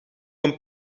een